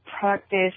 Practice